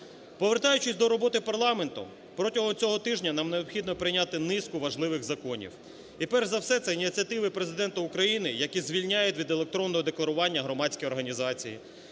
Повертаючись до роботи парламенту, протягом цього тижня нам необхідно прийняти низку важливих законів, і перш за все це ініціативи Президента України, які звільняють від електронного декларування громадські організації;